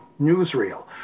newsreel